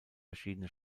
verschiedene